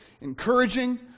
encouraging